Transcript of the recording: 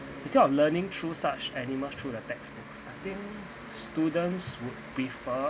instead of learning through such animals through the textbooks I think students would prefer